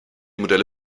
modelle